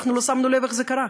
אנחנו לא שמנו לב איך זה קרה,